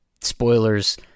Spoilers